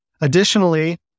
Additionally